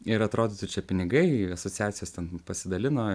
ir atrodytų čia pinigai asociacijos ten pasidalino